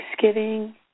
Thanksgiving